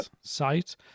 site